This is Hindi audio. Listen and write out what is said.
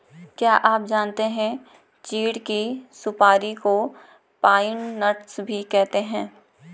क्या आप जानते है चीढ़ की सुपारी को पाइन नट्स भी कहते है?